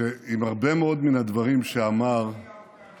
מסכים עם הרבה מאוד מן הדברים שאמר עמיתי